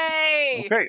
Okay